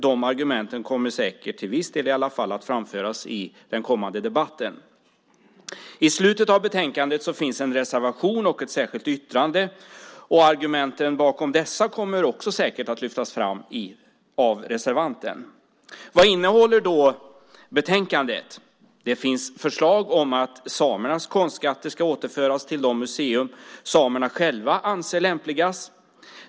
De argumenten kommer säkert till viss del att framföras i den kommande debatten. I slutet av betänkandet finns en reservation och ett särskilt yttrande. Argumenten bakom dem kommer säkert också att lyftas fram av reservanten. Vad innehåller då betänkandet? Det finns förslag om att samernas konstskatter ska återföras till de museer som samerna själva anser lämpligast.